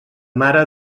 mare